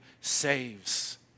saves